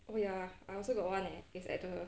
wait ah I also got one leh it's at the